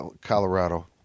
Colorado